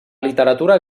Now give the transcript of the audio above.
literatura